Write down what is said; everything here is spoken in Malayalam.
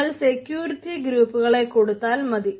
നമ്മൾ സെക്യൂരിറ്റി ഗ്രൂപ്പുകളെ കൊടുത്താൽ മതി